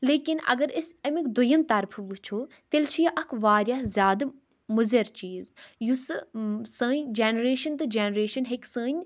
لیکن اگر أسۍ اَمیُک دوٚیِم طرفہٕ وُچھو تیٚلہِ چھُ یہِ اَکھ واریاہ زیادٕ مُضِر چیٖز یُس سٲنٛۍ جَنریشَن ٹوٚ جَنریشَن ہیٚکہِ سٲنۍ